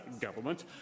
government